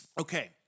Okay